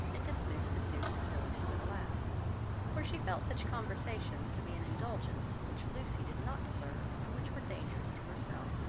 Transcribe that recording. and dismissed as soon as civility would allow for she felt such conversations to be an indulgence which lucy did not deserve, and which were dangerous to herself.